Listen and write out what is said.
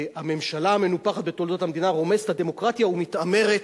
הממשלה המנופחת בתולדות המדינה רומסת את הדמוקרטיה ומתעמרת,